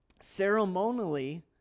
ceremonially